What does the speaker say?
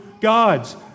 gods